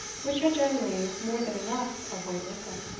which had generally more than enough of weight with him,